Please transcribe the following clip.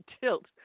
tilt